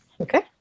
Okay